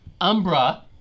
Umbra